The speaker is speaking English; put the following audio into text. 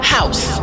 House